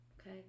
Okay